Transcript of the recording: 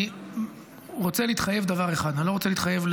אני רוצה להתחייב לדבר אחד, אני לא רוצה להתחייב,